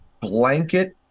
blanket